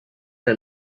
her